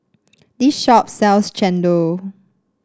this shop sells chendol